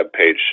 webpage